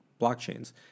blockchains